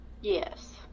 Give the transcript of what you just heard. Yes